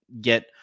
get